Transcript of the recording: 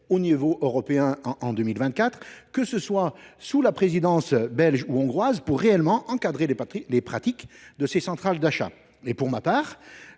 l’échelon européen en 2024, que ce soit sous la présidence belge ou hongroise, pour réellement encadrer les pratiques de ces centrales d’achat. Pour ma part,